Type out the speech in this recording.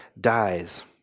dies